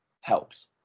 helps